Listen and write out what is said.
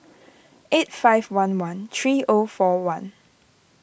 eight five one one three O four one